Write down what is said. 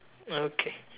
okay